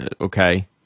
okay